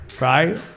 Right